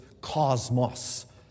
cosmos